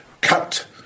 cut